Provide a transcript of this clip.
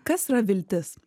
kas yra viltis